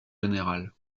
général